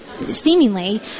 Seemingly